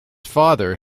father